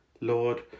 Lord